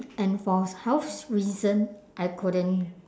and for health reason I couldn't